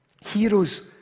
Heroes